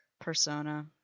Persona